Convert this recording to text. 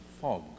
fog